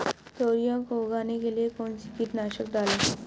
तोरियां को उगाने के लिये कौन सी कीटनाशक डालें?